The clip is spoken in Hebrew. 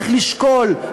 צריך לשקול,